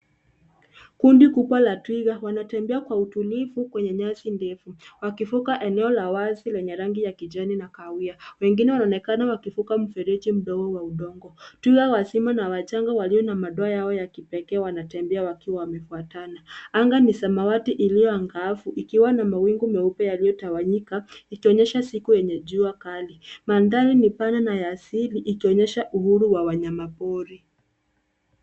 Kundi kubwa la twiga wanatembea kwa utulivu kwenye nyasi ndefu wakivuka eneo la wazi lenye rangi ya kijani na kahawia. Wengine wanaonekana wakivuka mfereji mdogo wa udongo. Twiga wazima na wachanga walio na madoa yao ya kipekee wanatembea wakiwa wamefuatana. Anga ni samawati iliyo angavu ikiwa na mawingu meupe yaliyotawanyika ikionyesha siku yenye jua kali. Mandhari ni pana na ya asili ikionyesha uhuru wa wanyamapori.